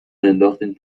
انداختین